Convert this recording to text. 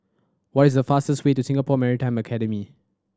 what is the fastest way to Singapore Maritime Academy